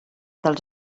dels